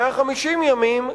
150 ימים,